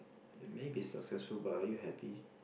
may be successful but are you happy